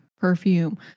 perfume